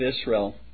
Israel